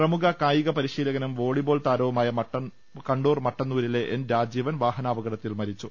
പ്രമുഖ കായിക പരിശീലകനും വോളിബോൾ താരവുമായ കണ്ണൂർ മട്ടന്നൂരിലെ എൻ രാജീവൻ വാഹനാപകടത്തിൽ മരിച്ചു